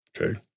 Okay